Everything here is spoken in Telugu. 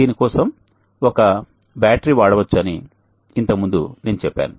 దీనికోసం ఒక బ్యాటరీని వాడవచ్చని ఇంతకు ముందు నేను చెప్పాను